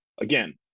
Again